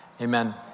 amen